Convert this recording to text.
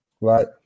right